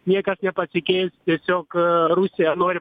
niekas nepasikeis tiesiog rusija nori